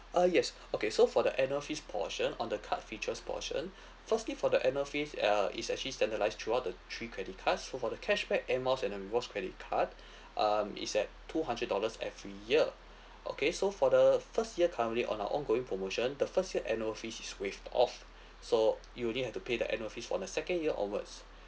uh yes okay so for the annual fees portion on the card features portion firstly for the annual fees uh is actually standardised throughout the three credit cards so for the cashback air miles and the rewards credit card um is at two hundred dollars every year okay so for the first year currently on our ongoing promotion the first year annual fees is waived off so you only have to pay the annual fees for the second year onwards